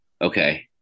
Okay